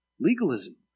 legalism